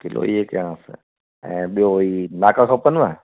kilo इहे कयांस ऐं ॿियो हीअ नाका खपनव